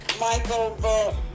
Michael